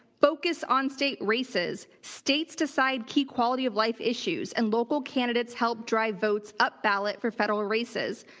focus on state races. states decide key quality of life issues and local candidates help drive votes up ballot for federal races.